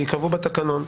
ייקבעו בתקנון.